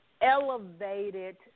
elevated